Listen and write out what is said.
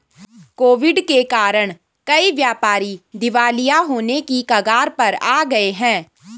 Covid के कारण कई व्यापारी दिवालिया होने की कगार पर आ गए हैं